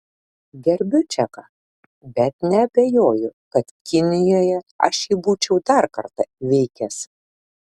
gerbiu čeką bet neabejoju kad kinijoje aš jį būčiau dar kartą įveikęs